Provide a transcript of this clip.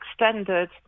extended